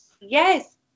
Yes